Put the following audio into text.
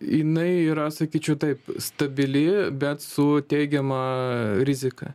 jinai yra sakyčiau taip stabili bet su teigiama rizika